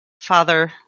Father